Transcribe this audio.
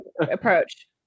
approach